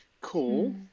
Cool